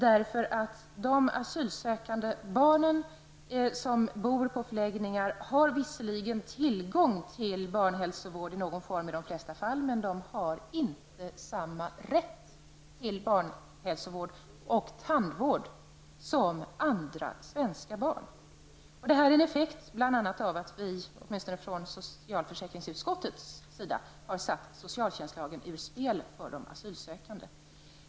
De flesta asylsökande barn som bor på förläggningar har visserligen i någon form tillgång till hälsovård, men de har inte samma rätt till hälsovård och tandvård som svenska barn. Det är en effekt av att vi i socialförsäkringsutskottet har satt socialtjänstlagen ur spel för de asylsökande.